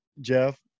Jeff